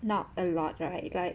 not a lot right like